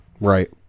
Right